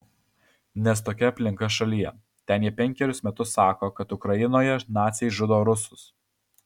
nes tokia aplinka šalyje ten jie penkerius metus sako kad ukrainoje naciai žudo rusus